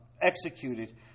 executed